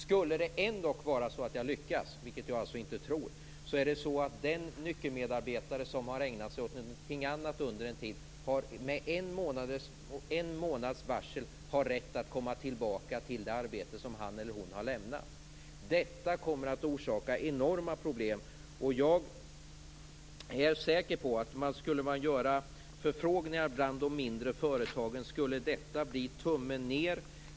Skulle det ändå vara så att jag lyckas, vilket jag alltså inte tror, har den nyckelarbetare som har ägnat sig åt något annat under en tid rätt att komma tillbaka till det arbete som han eller hon har lämnat med en månads varsel. Detta kommer att orsaka enorma problem. Skulle man göra förfrågningar bland de mindre företagen är jag säker på att det skulle bli tummen ned.